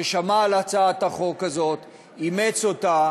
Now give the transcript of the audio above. ששמע על הצעת החוק הזאת, אימץ אותה